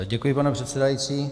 Děkuji, pane předsedající.